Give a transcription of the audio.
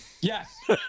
Yes